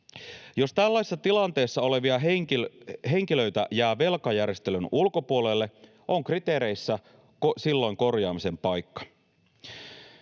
Jos tällaisessa tilanteessa olevia henkilöitä jää velkajärjestelyn ulkopuolelle, on kriteereissä silloin korjaamisen paikka.